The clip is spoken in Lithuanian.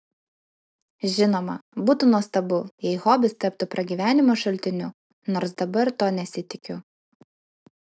žinoma būtų nuostabu jei hobis taptų pragyvenimo šaltiniu nors dabar to nesitikiu